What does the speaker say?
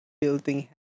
building